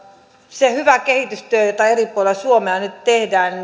se hyvä kehitystyö jota eri puolilla suomea nyt tehdään